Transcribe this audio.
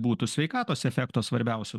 būtų sveikatos efekto svarbiausiu